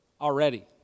already